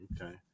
Okay